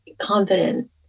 confident